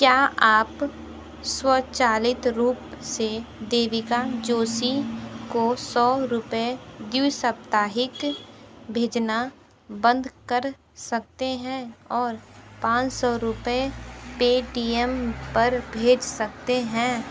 क्या आप स्वाचालित रूप से देविका जोशी को सौ रुपये द्वि साप्ताहिक भेजना बंद कर सकते हैं और पाँच सौ रुपये पे टी एम पर भेज सकते हैं